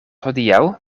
hodiaŭ